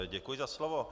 Děkuji za slovo.